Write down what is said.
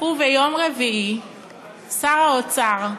וביום רביעי שר האוצר,